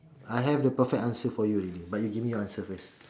I have the perfect answer for you already but you give me your answer first